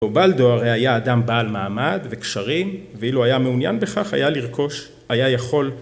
‫ובלדו הרי היה אדם בעל מעמד ‫וקשרים, ‫ואילו היה מעוניין בכך היה לרכוש, ‫היה יכול...